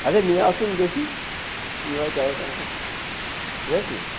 আচ্ছা নিয়ে আসুন দেখি কি হয় ঠিক আছে